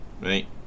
Right